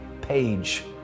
page